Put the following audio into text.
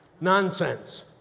Nonsense